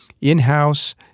in-house